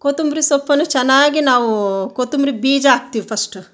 ಕೊತ್ತಂಬ್ರಿ ಸೊಪ್ಪನ್ನು ಚೆನ್ನಾಗೆ ನಾವೂ ಕೊತ್ತಂಬ್ರಿ ಬೀಜ ಹಾಕ್ತೀವ್ ಫಸ್ಟು